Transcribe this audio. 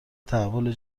تحول